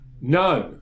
none